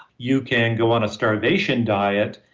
you can go on a starvation diet,